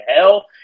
hell